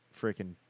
freaking